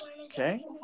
Okay